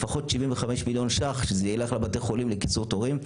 לפחות 75 מיליון שקלים שזה ילך לבתי חולים לקיצור תורים.